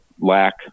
lack